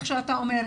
כפי שאתה אומר,